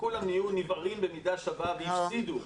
וכולם יהיו נבערים במידה שווה והפסידו,